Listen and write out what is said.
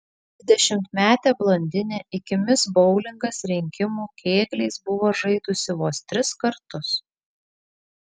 dvidešimtmetė blondinė iki mis boulingas rinkimų kėgliais buvo žaidusi vos tris kartus